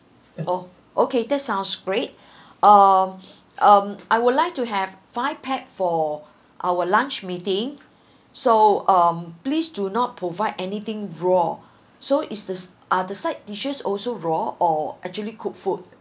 oh okay that sounds great um I would like to have five pack for our lunch meeting so um please do not provide anything raw so is the are the side dishes also raw or actually cooked food